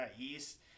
East